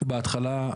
בהתחלה,